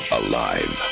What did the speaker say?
alive